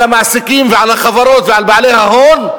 המעסיקים ועל החברות ועל בעלי ההון,